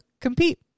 compete